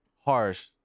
harsh